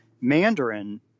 Mandarin